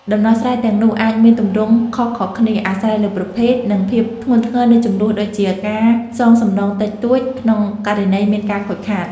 ដំណោះស្រាយទាំងនោះអាចមានទម្រង់ខុសៗគ្នា អាស្រ័យលើប្រភេទ និងភាពធ្ងន់ធ្ងរនៃជម្លោះ ដូចជា ការសងសំណងតិចតួច ក្នុងករណីមានការខូចខាត។